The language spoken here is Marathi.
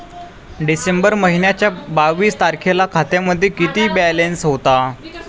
डिसेंबर महिन्याच्या बावीस तारखेला खात्यामध्ये किती बॅलन्स होता?